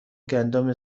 گندم